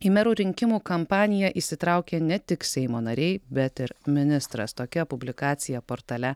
į merų rinkimų kampaniją įsitraukė ne tik seimo nariai bet ir ministras tokia publikacija portale